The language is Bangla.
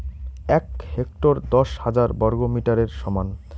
এক হেক্টর দশ হাজার বর্গমিটারের সমান